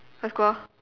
let's go ah